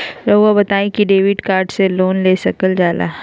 रहुआ बताइं कि डेबिट कार्ड से लोन ले सकल जाला?